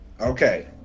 Okay